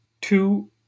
two